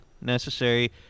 necessary